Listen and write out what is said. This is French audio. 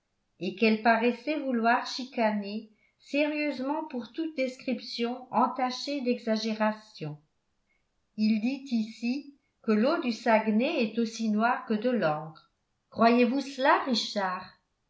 et qu'elle paraissait vouloir chicaner sérieusement pour toute description entachée d'exagération il dit ici que l'eau du saguenay est aussi noire que de l'encre croyez-vous cela richard